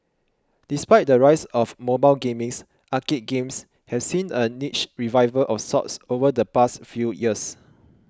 despite the rise of mobile gaming arcade games have seen a niche revival of sorts over the past few years